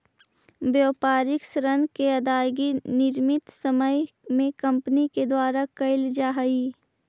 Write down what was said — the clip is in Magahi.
व्यापारिक ऋण के अदायगी निश्चित समय में कंपनी के द्वारा कैल जा हई